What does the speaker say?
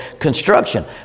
construction